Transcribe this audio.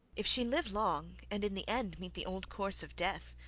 if she live long, and in the end meet the old course of death,